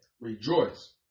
rejoice